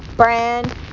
Brand